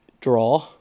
draw